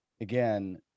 again